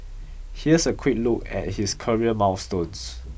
here's a quick look at his career milestones